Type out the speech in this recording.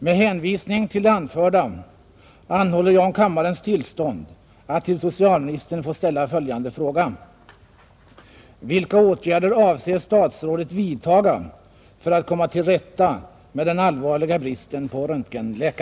Med hänvisning till det anförda anhåller jag om kammarens tillstånd att till herr socialministern få ställa följande fråga: